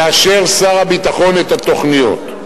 יאשר שר הביטחון את התוכניות.